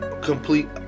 complete